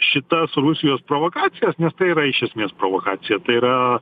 šitas rusijos provokacijas nes tai yra iš esmės provokacija tai yra